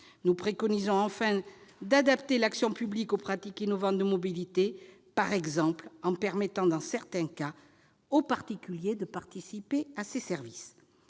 Nous préconisons enfin d'adapter l'action publique aux pratiques innovantes de mobilité, par exemple en permettant dans certains cas aux particuliers de participer à ces services.